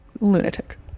lunatic